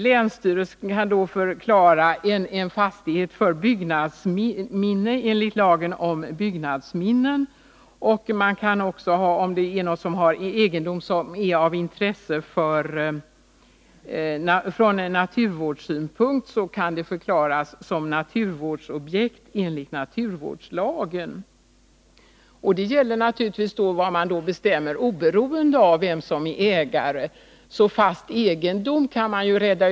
Länsstyrelsen kan förklara en fastighet för byggnadsminne enligt lagen om byggnadsminnen, och om någon har fast egendom som är av intresse ur naturvårdssynpunkt kan egendomen förklaras som naturvårdsobjekt enligt naturvårdslagen. Detta kan ske oberoende av vem som är ägare, och på det sättet kan fast egendom räddas.